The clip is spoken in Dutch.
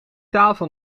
tafel